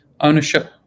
ownership